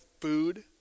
food